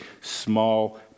small